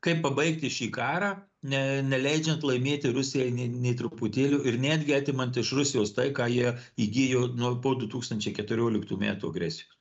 kaip pabaigti šį karą ne neleidžiant laimėti rusijai nė nė truputėlio ir netgi atimant iš rusijos tai ką jie įgijo nu po du tūkstančiai keturioliktų metų agresijos